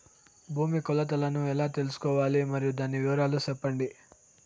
భూమి కొలతలను ఎలా తెల్సుకోవాలి? మరియు దాని వివరాలు సెప్పండి?